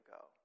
go